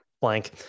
blank